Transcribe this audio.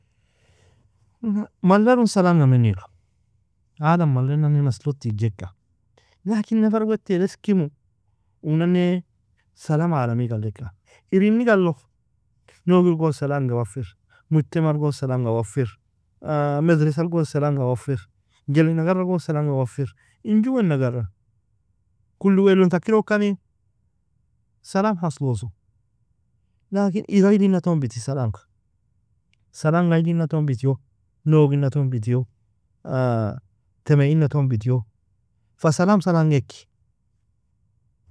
Malleron salaamga mennaeru, ala'm mallen'ane masslog tigjeka, lakin nafer wetteal'eskimu, unann'e salaam aalamiig allekka. Ir innig allo, no'gil gon salaamga waffir, mujtema'il gon salaamga waffir, maderessal gon salaamga waffir, jellin agara gon salaamga waffir, in juen agara. Kulou wealon takiro kanie salaam hasloso. Lakin ir ailina ton bittie salaamga, salaamga ailina ton bittio no'gina ton bittio teme inna ton bittio, fa salaam salaamg ekki.